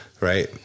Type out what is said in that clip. Right